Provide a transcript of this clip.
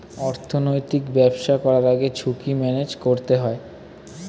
অর্থনৈতিক ব্যবসা করার আগে ঝুঁকি ম্যানেজ করতে হয়